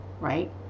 right